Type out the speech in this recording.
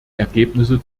ergebnisse